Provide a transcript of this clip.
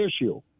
issue